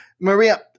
Maria